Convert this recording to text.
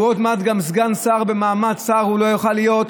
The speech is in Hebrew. עוד מעט גם סגן שר במעמד שר הוא לא יוכל להיות,